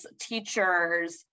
teachers